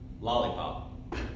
lollipop